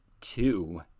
two